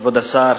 כבוד השר,